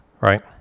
right